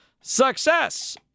Success